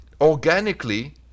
organically